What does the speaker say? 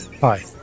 Hi